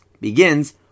begins